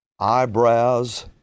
Eyebrows